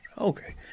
Okay